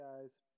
guys